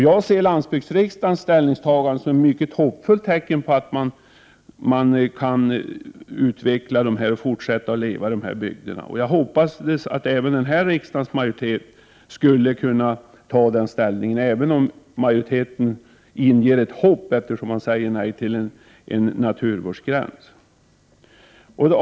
Jag ser landsbygdsriksdagens ställningstagande som ett mycket hoppfullt tecken på att de här bygderna skall kunna fortsätta att leva och utvecklas. Det är min förhoppning att även den här riksdagens majoritet skall inta samma ståndpunkt. Majoriteten inger ett hopp, eftersom den säger nej till en naturvårdsgräns.